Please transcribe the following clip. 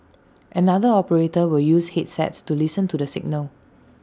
another operator will use headsets to listen to the signal